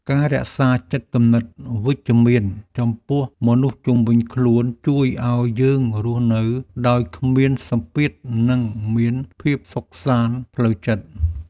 ការរក្សាចិត្តគំនិតវិជ្ជមានចំពោះមនុស្សជុំវិញខ្លួនជួយឱ្យយើងរស់នៅដោយគ្មានសម្ពាធនិងមានភាពសុខសាន្តផ្លូវចិត្ត។